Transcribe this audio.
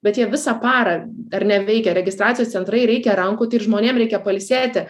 bet jie visą parą ar ne veikia registracijos centrai reikia rankų tai ir žmonėm reikia pailsėti